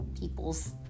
people's